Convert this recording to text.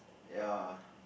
ya